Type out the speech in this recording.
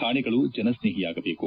ಕಾಣೆಗಳು ಜನಸ್ನೇಹಿಯಾಗಬೇಕು